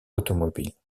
automobile